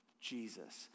Jesus